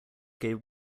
gave